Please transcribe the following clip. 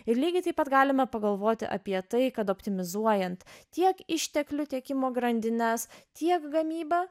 ir lygiai taip pat galima pagalvoti apie tai kad optimizuojant tiek išteklių tiekimo grandines tiek gamybą